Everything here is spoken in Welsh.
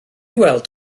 weld